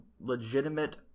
legitimate